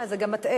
אז זה גם מטעה.